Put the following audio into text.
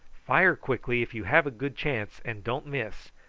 fire quickly if you have a good chance, and don't miss.